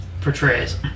portrays